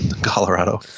Colorado